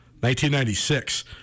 1996